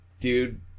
dude